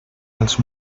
els